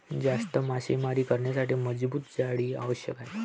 जास्त मासेमारी करण्यासाठी मजबूत जाळी आवश्यक आहे